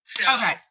Okay